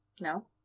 No